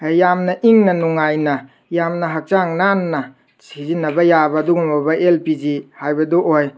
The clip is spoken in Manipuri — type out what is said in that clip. ꯌꯥꯝꯅ ꯏꯪꯅ ꯅꯨꯡꯉꯥꯏꯅ ꯌꯥꯝꯅ ꯍꯛꯆꯥꯡ ꯅꯥꯟꯅ ꯁꯤꯖꯟꯅꯕ ꯌꯥꯕ ꯑꯗꯨꯒꯨꯝꯂꯕ ꯑꯦꯜ ꯄꯤ ꯖꯤ ꯍꯥꯏꯕꯗꯣ ꯑꯣꯏ